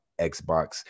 Xbox